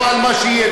לא על מה שיהיה,